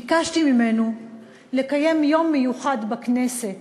ביקשתי ממנו לקיים יום מיוחד בכנסת: